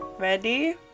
ready